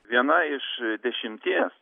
viena iš dvidešimties